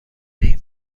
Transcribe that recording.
این